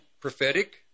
prophetic